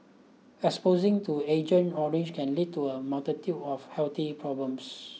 exposing to Agent Orange can lead to a multitude of healthy problems